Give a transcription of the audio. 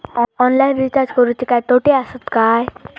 Online recharge करुचे काय तोटे आसत काय?